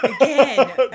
Again